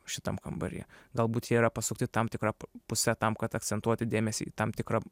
šitam kambary galbūt jie yra pasukti tam tikra puse tam kad akcentuoti dėmesį į tam tikrą